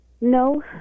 No